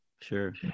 Sure